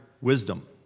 wisdom